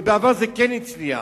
ובעבר זה כן הצליח,